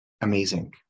Amazing